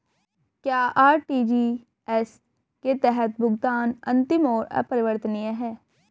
क्या आर.टी.जी.एस के तहत भुगतान अंतिम और अपरिवर्तनीय है?